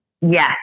Yes